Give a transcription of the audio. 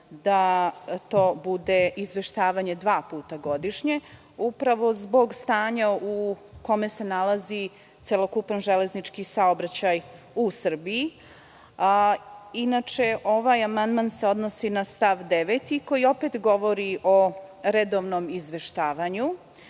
da to bude izveštavanje dva puta godišnje, upravo zbog stanja u kome se nalazi celokupan železnički saobraćaj u Srbiji. Inače, ovaj amandman se odnosi na stav 9. koji opet govori o redovnom izveštavanju.